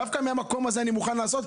דווקא מהמקום הזה אני מוכן לעשות,